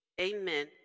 Amen